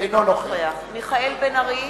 - אינו נוכח מיכאל בן-ארי